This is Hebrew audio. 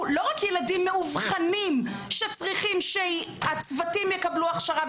לא רק ילדים מאובחנים שצריכים שהצוותים יקבלו הכשרה,